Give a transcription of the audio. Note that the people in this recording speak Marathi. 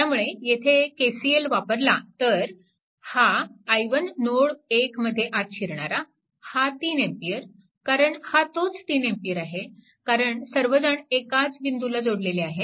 त्यामुळे येथे KCL वापरला तर हा i1 नोड 1 मध्ये आत शिरणारा हा 3A कारण हा तोच 3A आहे कारण सर्वजण एकाच बिंदूला जोडलेले आहेत